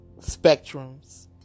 spectrums